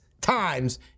times